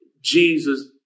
Jesus